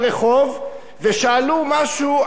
ושאלו משהו על יחסי מין.